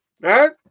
right